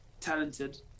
talented